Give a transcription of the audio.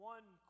one